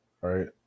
right